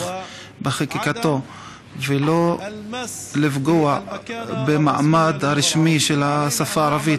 בחקיקתו ולא לפגוע במעמד הרשמי של השפה הערבית.